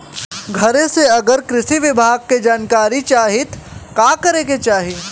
घरे से अगर कृषि विभाग के जानकारी चाहीत का करे के चाही?